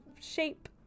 shape